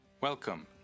Welcome